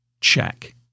Check